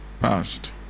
past